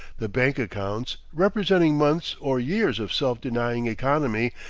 the bank accounts, representing months or years of self-denying economy,